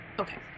okay